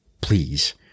Please